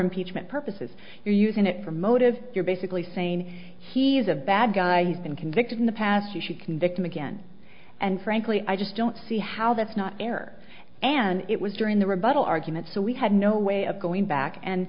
impeachment purposes you're using it for motive you're basically saying he's a bad guy he's been convicted in the past you should convict him again and frankly i just don't see how that's not fair and it was during the rebuttal argument so we had no way of going back and